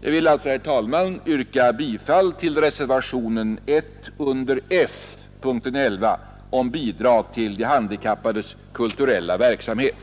Jag vill alltså, herr talman, yrka bifall till reservationen F 1 vid punkten 11 om bidrag till de handikappades kulturella verksamhet.